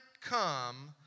come